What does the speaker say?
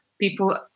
People